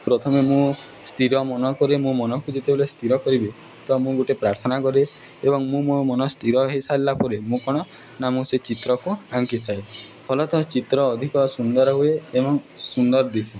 ପ୍ରଥମେ ମୁଁ ସ୍ଥିର ମନ କରେ ମୋ ମନକୁ ଯେତେବେଳେ ସ୍ଥିର କରିବେ ତ ମୁଁ ଗୋଟେ ପ୍ରାର୍ଥନା କରେ ଏବଂ ମୁଁ ମୋ ମନ ସ୍ଥିର ହେଇସାରିଲା ପରେ ମୁଁ କ'ଣ ନା ମୁଁ ସେ ଚିତ୍ରକୁ ଆଙ୍କିଥାଏ ଫଲତଃ ଚିତ୍ର ଅଧିକ ସୁନ୍ଦର ହୁଏ ଏବଂ ସୁନ୍ଦର ଦିଶେ